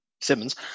Simmons